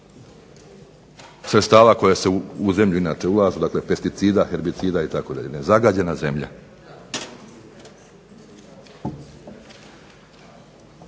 sredstava koja se u zemlju inače ulažu pesticida, herbicida itd., nezagađena zemlja.